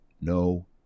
no